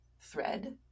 thread